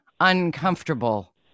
uncomfortable